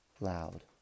loud